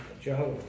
Jehovah